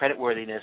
creditworthiness